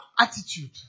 attitude